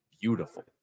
beautiful